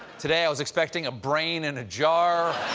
today, i was expecting a brain in a jar.